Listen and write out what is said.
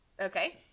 Okay